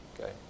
Okay